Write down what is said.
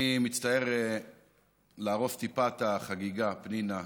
אני מצטער להרוס טיפה את החגיגה, פנינה.